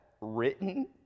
written